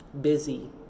busy